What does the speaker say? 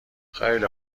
خیلی